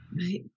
Right